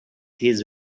his